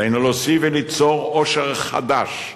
עלינו להוסיף וליצור עושר חדש בנוסף,